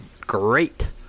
great